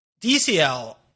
DCL